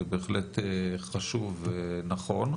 זה בהחלט חשוב ונכון,